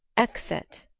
exit